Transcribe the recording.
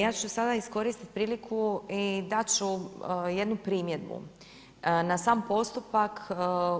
Ja ću sada iskoristiti priliku i dati ću jednu primjedbu na sam postupak